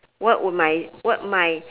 what would my what my